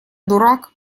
дурак